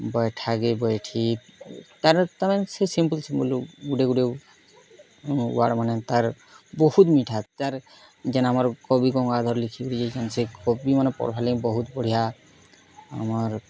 ବୈଠା କେ ବୈଠି ତା'ର ତାର୍ ମାନେ ସେ ସିମ୍ପୁଲ୍ ସିମ୍ପୁଲ୍ ଗୋଟେ ଗୋଟେ ୱାର୍ଡ଼୍ ମାନେ ତାର୍ ବହୁତ୍ ମିଠା ତାର୍ ଯେନ୍ ଆମର୍ କବି କମ୍ ଆଧାର ଲିଖି ହୁଇ କନ୍ ସେ କବି ମାନ୍ ପର୍ ହେଲେ ବହୁତ୍ ବଢ଼ିଆ ଆମର୍